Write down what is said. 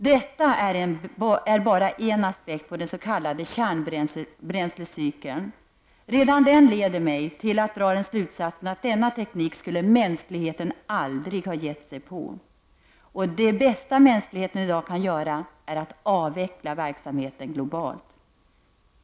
Detta är bara en aspekt på den s.k. kärnbränslecykeln. Redan den leder mig till att dra den slutsatsen att denna teknik skulle mänskligheten aldrig ha gett sig på. Det bästa mänskligheten i dag kan göra är att avveckla verksamheten globalt.